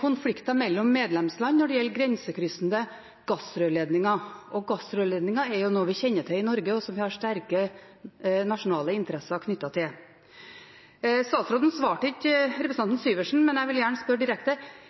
konflikter mellom medlemsland når det gjelder grensekryssende gassrørledninger. Gassrørledninger er jo noe vi kjenner til i Norge, og som vi har sterke nasjonale interesser knyttet til. Statsråden svarte ikke representanten Syversen, men jeg vil gjerne spørre direkte: